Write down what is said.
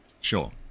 Sure